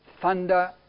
thunder